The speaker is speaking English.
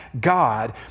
God